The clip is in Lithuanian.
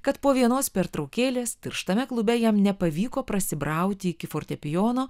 kad po vienos pertraukėlės tirštame klube jam nepavyko prasibrauti iki fortepijono